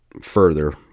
further